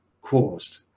caused